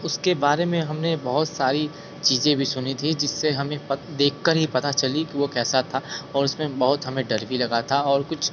उसके बारे में हमने बहुत सारी चीज़ें भी सुनी थी जिससे हमें देखकर ही पता चली कि वो कैसा था और उसमें बहुत हमें डर भी लगा था और कुछ